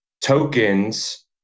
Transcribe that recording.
tokens